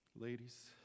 Ladies